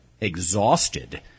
exhausted